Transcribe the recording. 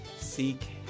seek